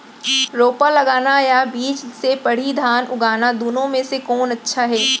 रोपा लगाना या बीज से पड़ही धान उगाना दुनो म से कोन अच्छा हे?